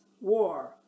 war